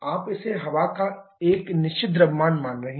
आप इसे हवा का एक निश्चित द्रव्यमान मान रहे हैं